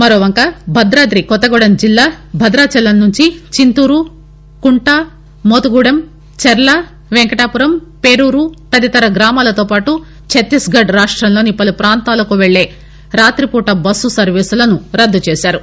మరోవంక భద్రాది కొత్తగూడెం జిల్లా భైదాచలం నుండి చింతూరు కుంట మోతుగూడెం చర్ల వెంకటాపురం పేరూరు తదితర గ్రామాలతో పాటు ఛత్తీస్ఘడ్ రాష్ట్రంలోని పలు ప్రాంతాలకు వెళ్లే రాతి బస్సు సర్వీసులను రద్దు చేశారు